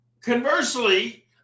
Conversely